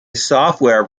software